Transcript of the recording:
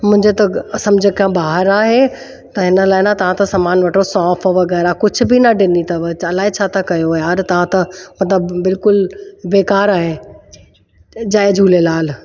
मुंहिंजो त सम्झ खां ॿाहिरि आहे त हिन लाइ न तव्हां त सामान वठो सौफ वग़ैरह कुझु बि ॾिनी अथव अलाए छा था कयो यार तव्हां त मतिलबु बिल्कुलु बेकारु आहे जय झूलेलाल